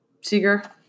Seeger